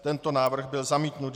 Tento návrh byl zamítnut.